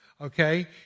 okay